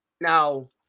Now –